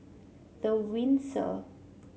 The Windsor